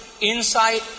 insight